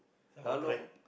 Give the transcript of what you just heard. how long